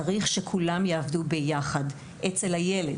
צריך שכולם יעבדו ביחד, מסביב לילד.